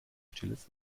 stilles